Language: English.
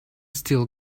still